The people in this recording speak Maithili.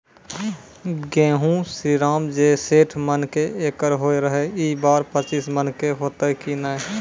गेहूँ श्रीराम जे सैठ मन के एकरऽ होय रहे ई बार पचीस मन के होते कि नेय?